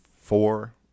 four